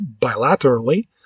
bilaterally